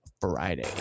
friday